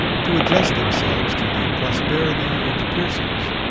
to adjust themselves to the prosperity of the pearsons.